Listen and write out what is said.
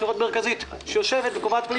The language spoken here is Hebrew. זו ועדת בחירות מרכזית שיושבת וקובעת.